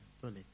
bullet